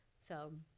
so,